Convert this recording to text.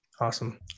Awesome